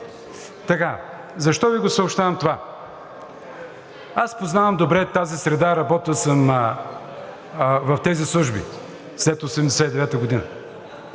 Защо Ви го съобщавам това? Аз познавам добре тази среда, работил съм в тези служби след 1989 г.